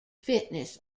fitness